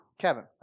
Kevin